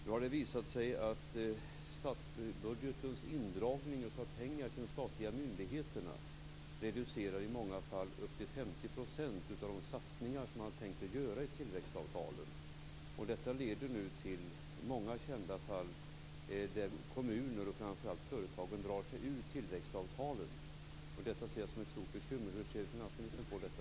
Nu har det visat sig att statsbudgetens indragning av pengar till de statliga myndigheterna reducerar i många fall upp till 50 % av de satsningar som man hade tänkt att göra i tillväxtavtalen. Detta leder till många kända fall där kommuner och framför allt företag drar sig ur tillväxtavtalen. Detta ser jag som ett stort bekymmer. Hur ser finansministern på detta?